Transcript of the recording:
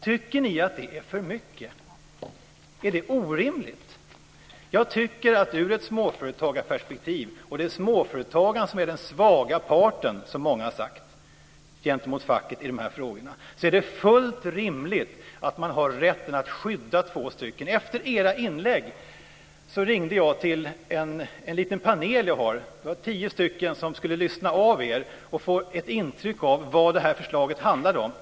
Tycker ni att det är för mycket? Är det orimligt? Ur ett småföretagarperspektiv tycker jag att det är fullt rimligt att man har rätten att skydda två personer. Det är ju småföretagaren som är den svaga parten gentemot facket i de här frågorna, som många har sagt. Efter era inlägg ringde jag till en liten panel jag har. Det var tio personer som skulle lyssna på er och få ett intryck av vad det här förslaget handlade om.